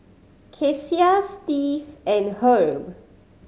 Kecia Steve and Herb